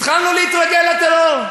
התחלנו להתרגל לטרור.